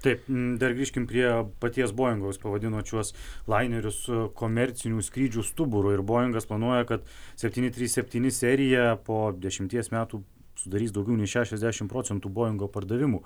taip dar grįžkim prie paties boingo jūs pavadinot šiuos lainerius komercinių skrydžių stuburu ir boingas planuoja kad septyni trys septyni seriją po dešimties metų sudarys daugiau nei šešiasdešim procentų boingo pardavimų